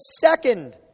second